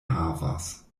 havas